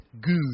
good